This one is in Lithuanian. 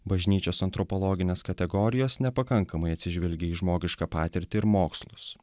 bažnyčios antropologinės kategorijos nepakankamai atsižvelgia į žmogišką patirtį ir mokslus